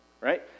right